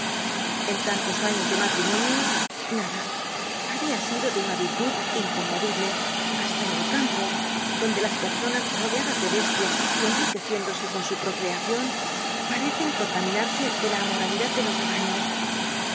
en tantos años de matrimoi los cuatro jinetes del apocalipsis nio nada había sido de una virtud inconmovible hasta en el campo donde las personas rodeadas de bestias y enriqueciéndose con su procreación parecen contaminarse de la amoralidad de los rebaños